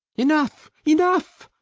enough, enough,